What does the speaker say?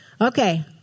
Okay